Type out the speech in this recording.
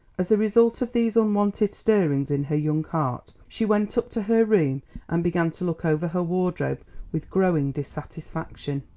as a result of these unwonted stirrings in her young heart she went up to her room and began to look over her wardrobe with growing dissatisfaction.